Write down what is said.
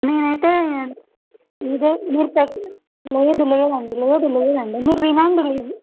నేనైతే ఇదే మీరు లేదు లేదండి లేదు లేదండి మీరు వినండి